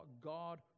God